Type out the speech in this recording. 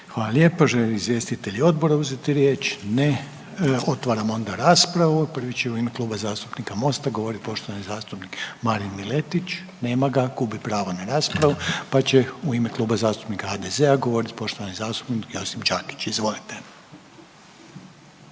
Hvala lijepo. Žele li izvjestitelji odbora uzeti riječ? Ne. Otvaram onda raspravu. Prvi će u ime Kluba zastupnika Mosta govoriti poštovani zastupnik Marin Miletić, nema ga, gubi pravo na raspravu. Pa će u ime Kluba zastupnika HDZ-a govoriti poštovani zastupnik Josip Đakić, izvolite.